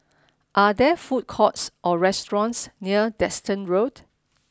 are there food courts or restaurants near Desker Road